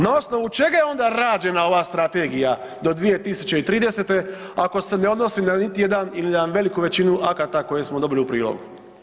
Na osnovu čega je onda rađena ova Strategija do 2030. ako se ne odnosi na niti jedan ili na veliku većinu akata koje smo dobili u prilogu?